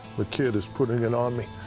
the kid is putting it on me.